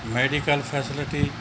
medical facility